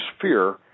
fear